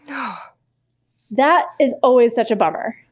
um that is always such a bummer.